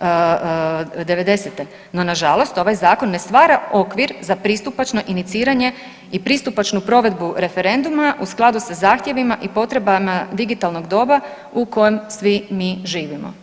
'90.-te, no nažalost ovaj zakon ne stvara okvir za pristupačno iniciranje i pristupačnu provedbu referenduma u skladu sa zahtjevima i potrebama digitalnog doba u kojem svi mi živimo.